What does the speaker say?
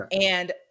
and-